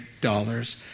dollars